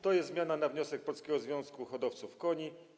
To jest zmiana na wniosek Polskiego Związku Hodowców Koni.